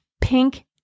pink